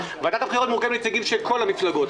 ועדת הבחירות מורכבת מנציגים של כל המפלגות.